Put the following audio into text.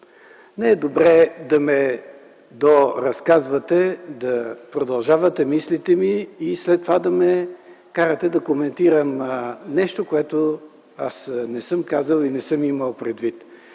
не е добре да ме доразказвате, да продължавате мислите ми и след това да ме карате да коментирам нещо, което не съм казал и не съм имал предвид.